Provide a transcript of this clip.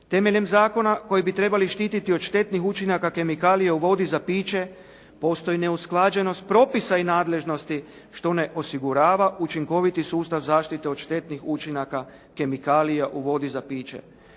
Temeljem zakona koji bi trebali štiti od štetnih učinaka kemikalija u vodi za piće postoji neusklađenost propisa i nadležnosti što ne osigurava učinkoviti sustav zaštite od štetnih učinaka kemikalija u vodi za piće.